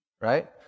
right